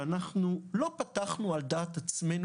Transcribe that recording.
שאנחנו לא פתחנו אותן על דעת עצמנו,